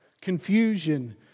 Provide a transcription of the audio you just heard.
confusion